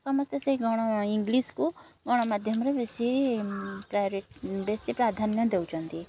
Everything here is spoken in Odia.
ସମସ୍ତେ ସେଇ ଗଣ ଇଂଲିଶକୁ ଗଣମାଧ୍ୟମରେ ବେଶୀ ବେଶୀ ପ୍ରାଧାନ୍ୟ ଦେଉଛନ୍ତି